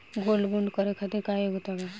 Gold bond करे खातिर का योग्यता बा?